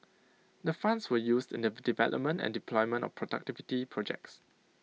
the funds were used in the development and deployment of productivity projects